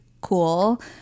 cool